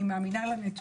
אני מאמינה להם.